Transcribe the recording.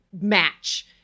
match